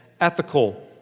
ethical